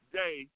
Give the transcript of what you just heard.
day